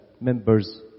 members